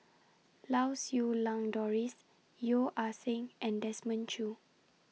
Lau Siew Lang Doris Yeo Ah Seng and Desmond Choo